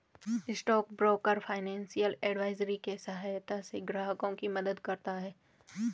stock broker financial advisory के सहायता से ग्राहकों की मदद करता है